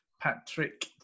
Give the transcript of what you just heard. Patrick